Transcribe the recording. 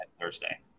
Thursday